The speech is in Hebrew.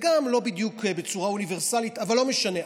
וגם לא בדיוק בצורה אוניברסלית, אבל לא משנה.